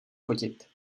fotit